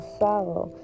sorrow